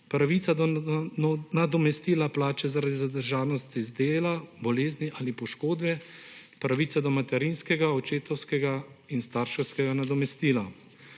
pravica do nadomestila plače zaradi zadržanosti z dela, bolezni ali poškodbe, pravica do materinskega, očetovskega in starševskega nadomestila.